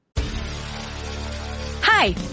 Hi